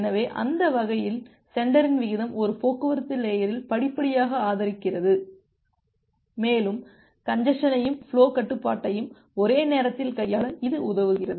எனவே அந்த வகையில் சென்டரின் விகிதம் ஒரு போக்குவரத்து லேயரில் படிப்படியாக அதிகரிக்கிறது மேலும் கஞ்ஜசனையும் ஃபுலோ கட்டுப்பாட்டையும் ஒரே நேரத்தில் கையாள இது உதவுகிறது